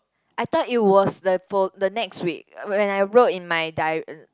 I thought it was the fol~ the next week when I wrote in my di~ uh